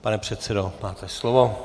Pane předsedo, máte slovo.